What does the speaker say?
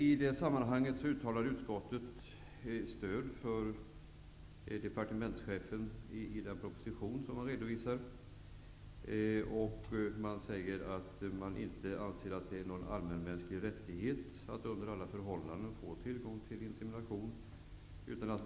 I det sammanhanget uttalar utskottet stöd för departementschefen och den proposition som han redovisar. Man anser inte att det är en allmänmänsklig rättighet att under alla förhållanden få tillgång till insemination.